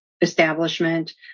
establishment